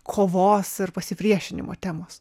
kovos ir pasipriešinimo temos